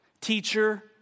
Teacher